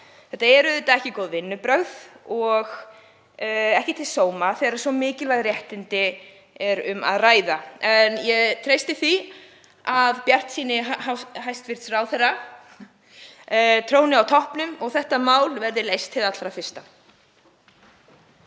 Þetta eru auðvitað ekki góð vinnubrögð og ekki til sóma þegar um svo mikilvæg réttindi er að ræða. En ég treysti því að bjartsýni hæstv. ráðherra tróni á toppnum og þetta mál verði leyst hið fyrsta.